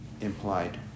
implied